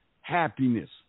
happiness